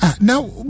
Now